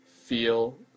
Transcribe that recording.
Feel